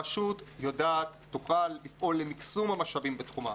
הרשות יודעת ותוכל לפעול למקסום המשאבים בתחומה.